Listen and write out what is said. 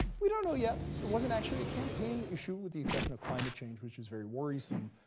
we don't know yet. it wasn't actually a campaign issue, with the exception of climate change, which is very worrisome.